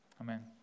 Amen